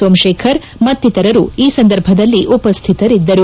ಸೋಮಶೇಖರ್ ಮತ್ತಿತರರು ಈ ಸಂದರ್ಭದಲ್ಲಿ ಉಪಸ್ಥಿತರಿದ್ದರು